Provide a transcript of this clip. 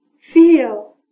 Feel